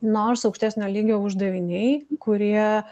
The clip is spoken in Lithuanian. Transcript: nors aukštesnio lygio uždaviniai kurie